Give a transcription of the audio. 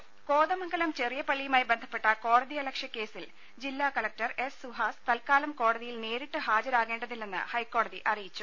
രദേശ കോതമംഗലം ചെറിയ പള്ളിയുമായി ബന്ധപ്പെട്ട കോടതിയലക്ഷ്യ കേസിൽ ജില്ലാ കലക്ടർ എസ് സുഹാസ് തൽക്കാലം കോടതിയിൽ നേരിട്ട് ഹാജരാകേണ്ടതില്ലെന്ന് ഹൈക്കോടതി അറിയിച്ചു